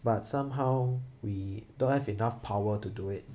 but somehow we don't have enough power to do it